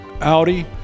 Audi